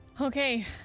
Okay